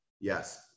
Yes